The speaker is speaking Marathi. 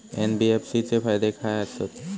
एन.बी.एफ.सी चे फायदे खाय आसत?